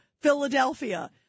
Philadelphia